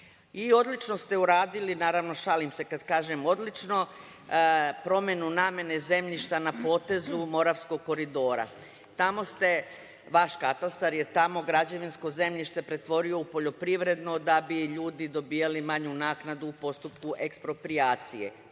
odlično ste uradili, naravno, šalim se kad kažem odlično, promenu namene zemljišta na potezu Moravskog koridora. Tamo ste, vaš katastar je tamo građevinsko zemljište pretvorio u poljoprivredno da bi ljudi dobijali manju naknadu u postupku eksproprijacije.